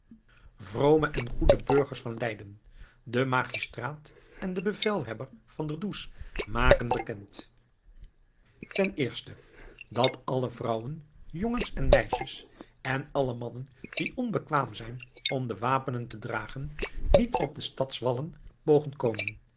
vrome en goede burgers van leiden de magistraat en de bevelhebber van der does maken bekend ten eerste dat alle vrouwen jongens en meisjes en alle mannen die onbekwaam zijn om de wapenen te dragen niet op de stadswallen mogen komen